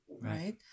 Right